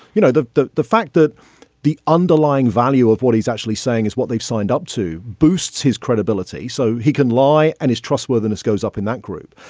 you know the the fact that the underlying value of what he's actually saying is what they've signed up to boosts his credibility so he can lie and his trustworthiness goes up in that group.